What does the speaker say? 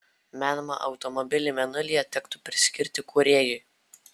menamą automobilį mėnulyje tektų priskirti kūrėjui